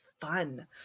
fun